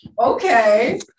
okay